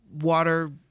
water